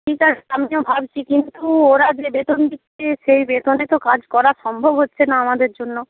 ঠিক আছে আমিও ভাবছি কিন্তু ওরা যে বেতন দিচ্ছে সেই বেতনে তো কাজ করা সম্ভব হচ্ছে না আমাদের জন্য